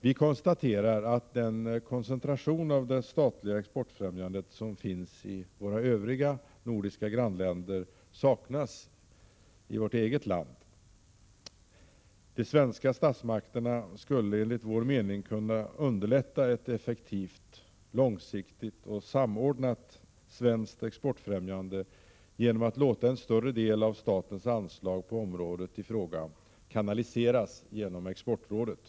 Vi konstaterar att den koncentration av det statliga exportfrämjandet som finns i våra nordiska grannländer saknas i vårt eget land. De svenska statsmakterna skulle enligt vår mening kunna underlätta ett effektivt långsiktigt och samordnat svenskt exportfrämjande genom att låta en större — Prot. 1986/87:89 del av statens anslag på området i fråga kanaliseras genom Exportrådet.